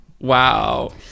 Wow